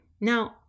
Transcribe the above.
Now